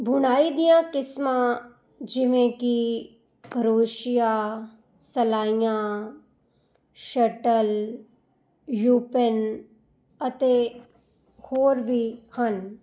ਬੁਣਾਈ ਦੀਆਂ ਕਿਸਮਾਂ ਜਿਵੇਂ ਕਿ ਕਰੋਸ਼ੀਆ ਸਲਾਈਆਂ ਸ਼ਟਲ ਯੁਪਿੰਨ ਅਤੇ ਹੋਰ ਵੀ ਹਨ